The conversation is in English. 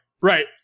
right